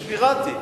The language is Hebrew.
יש פיראטי.